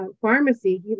pharmacy